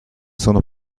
sono